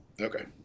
Okay